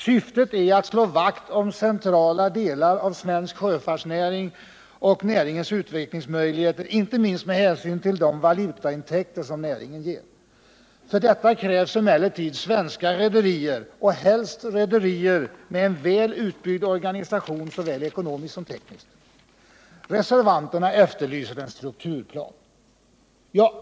Syftet är att slå vakt om centrala delar av svensk sjöfartsnäring och näringens utvecklingsmöjligheter, inte minst med hänsyn till de valutaintäkter som näringen ger. ” För detta krävs emellertid svenska rederier, helst rederier med en väl utbyggd organisation, såväl ekonomiskt som tekniskt. Reservanterna efterlyser en strukturplan.